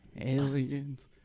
aliens